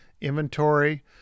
inventory